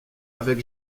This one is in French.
avec